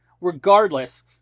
Regardless